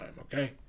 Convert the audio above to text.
Okay